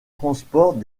transport